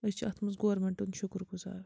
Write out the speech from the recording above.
أسۍ چھِ اَتھ منٛز گورمیٚنٹُک شکر گُزار